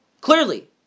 Clearly